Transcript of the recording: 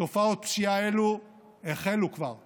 תופעות פשיעה החלו כבר ברמלה,